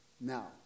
Now